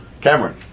Cameron